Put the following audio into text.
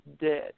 dead